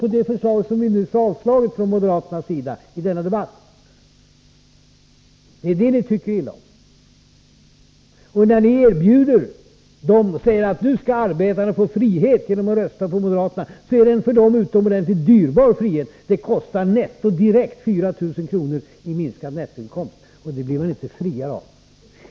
på det förslag från moderaterna som avslogs i debatten häromdagen. När ni säger att arbetarna skall få frihet genom att rösta på moderaterna, är det en för dem utomordentligt dyrbar frihet. Det kostar direkt 4 000 kr. i minskad nettoinkomst, och det blir de inte friare av.